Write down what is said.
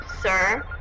Sir